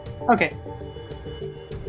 okay